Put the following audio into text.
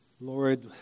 Lord